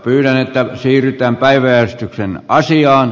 pyydän että siirrytään päiväjärjestyksen asiaan